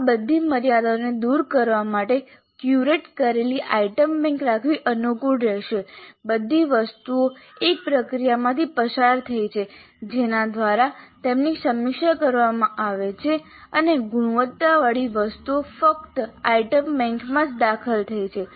આ બધી મર્યાદાઓને દૂર કરવા માટે ક્યુરેટ કરેલી આઇટમ બેંક રાખવી અનુકૂળ રહેશે બધી વસ્તુઓ એક પ્રક્રિયામાંથી પસાર થઈ છે જેના દ્વારા તેમની સમીક્ષા કરવામાં આવે છે અને ગુણવત્તાવાળી વસ્તુઓ ફક્ત આઇટમ બેંકમાં જ દાખલ થઈ છે